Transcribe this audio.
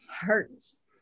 hurts